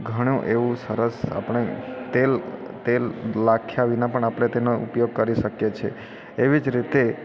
ઘણું એવું સરસ આપણે તેલ તેલ નાખ્યા વિના પણ આપણે તેનો ઉપયોગ કરી શકીએ છે એવી જ રીતે